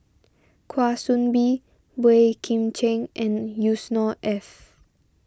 Kwa Soon Bee Boey Kim Cheng and Yusnor Ef